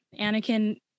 Anakin